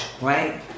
right